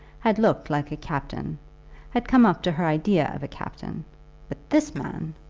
had looked like a captain had come up to her idea of a captain but this man!